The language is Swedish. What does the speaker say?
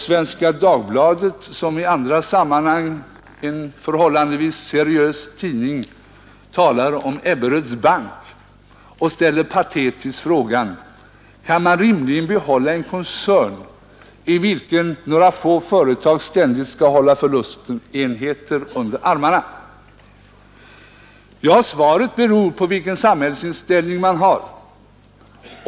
Svenska Dagbladet, som i andra sammanhang är en förhållandevis seriös tidning, talar om Ebberöds bank och ställer patetiskt frågan: ”Kan man rimligen behålla en koncern, i vilken några få företag ständigt skall hålla förlustenheter under armarna?” Ja, svaret beror på vilken samhällsinställning man har.